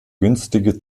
günstige